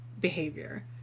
behavior